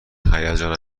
هیجان